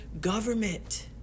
government